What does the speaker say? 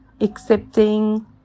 Accepting